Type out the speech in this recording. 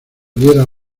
diera